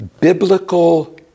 biblical